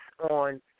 on